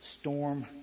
storm